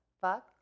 Fuck